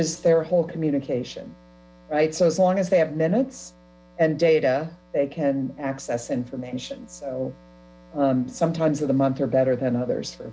is their whole communication right so as long as they have minutes and data they can access information so sometimes with a month are better than others for